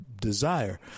desire